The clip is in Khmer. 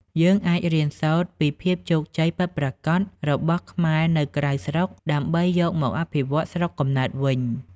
យើងអាចរៀនសូត្រពី "ភាពជោគជ័យពិតប្រាកដ" របស់ខ្មែរក្រៅស្រុក ដើម្បីយកមកអភិវឌ្ឍស្រុកកំណើតវិញ។